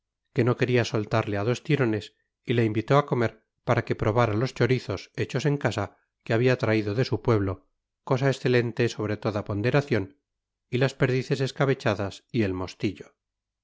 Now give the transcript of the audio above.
que no quería soltarle a dos tirones y le invitó a comer para que probara los chorizos hechos en casa que había traído de su pueblo cosa excelente sobre toda ponderación y las perdices escabechadas y el mostillo